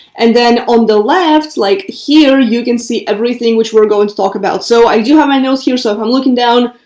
and then on the left, like here, you can see everything which we're going to talk about. so i do have my notes here. so if i'm looking down,